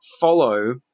follow